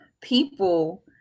people